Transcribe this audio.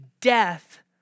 death